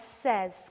says